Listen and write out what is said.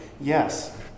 Yes